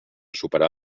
superar